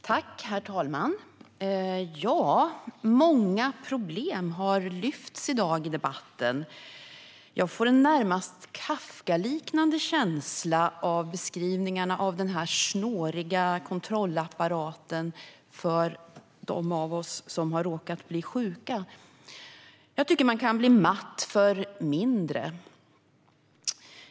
Herr talman! Många problem har lyfts fram i debatten i dag. Jag får en närmast Kafkaliknande känsla av beskrivningarna av den snåriga kontrollapparaten för dem av oss som har råkat bli sjuka. Jag tycker att man kan bli matt för mindre.